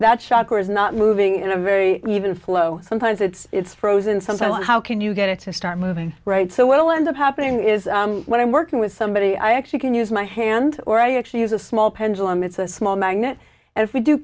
that shock or is not moving in a very even flow sometimes it's it's frozen sometimes and how can you get it to start moving right so we'll end up happening is what i'm working with somebody i actually can use my hand or i actually use a small pendulum it's a small magnet as we do